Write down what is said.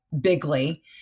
bigly